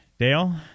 Dale